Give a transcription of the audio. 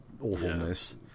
awfulness